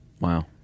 Wow